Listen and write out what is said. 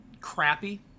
crappy